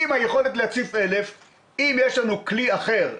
צריך לדעת,